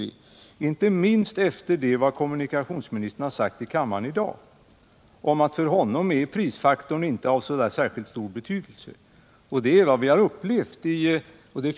Det är viktigt inte minst efter det som kommunikationsministern sagt här i kammaren i dag om att prisfaktorn för honom inte är av särskilt stor betydelse.